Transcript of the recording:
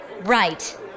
Right